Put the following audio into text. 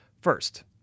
First